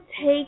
take